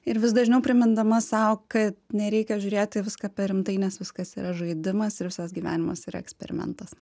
ir vis dažniau primindama sau kad nereikia žiūrėt į viską per rimtai nes viskas yra žaidimas ir visas gyvenimas yra eksperimentas